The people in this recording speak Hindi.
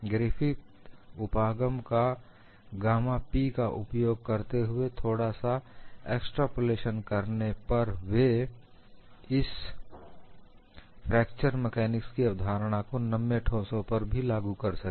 ग्रिफिथ उपागम का गामा 'P' का उपयोग करते हुए थोड़ा सा एक्सट्रपलेशन करने पर वे इस फ्रैक्चर मैकानिक्स की अवधारणा को नम्य ठोसों पर भी लागू कर सके